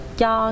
cho